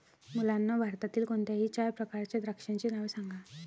मुलांनो भारतातील कोणत्याही चार प्रकारच्या द्राक्षांची नावे सांगा